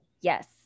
Yes